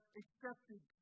accepted